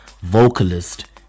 vocalist